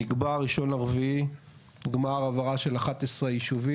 נקבע 1.4.23 גמר העברה של 11 ישובים.